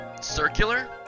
circular